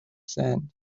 sand